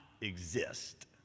exist